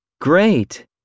Great